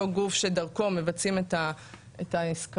אותו גוף שדרכו מבצעים את העסקאות,